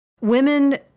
women